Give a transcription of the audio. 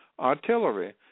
Artillery